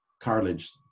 cartilage